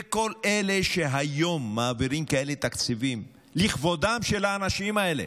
וכל אלה שהיום מעבירים כאלה תקציבים לכבודם של האנשים האלה